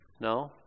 No